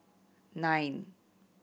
nine